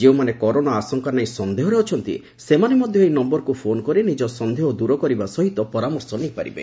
ଯେଉଁମାନେ କରୋନା ଆଶଙ୍କା ନେଇ ସନ୍ଦେହରେ ଅଛନ୍ତି ସେମାନେ ମଧ ଏହି ନମ୍ଗରକୁ ଫୋନ୍ କରି ନିକ ସନ୍ଦେହ ଦୂର କରିବା ସହିତ ପରାମର୍ଶ ନେଇପାରିବେ